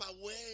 away